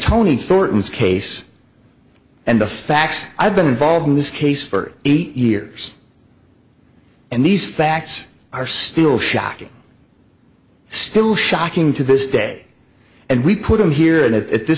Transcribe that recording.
thornton's case and the facts i've been involved in this case for eight years and these facts are still shocking still shocking to this day and we put them here and at this